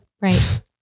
Right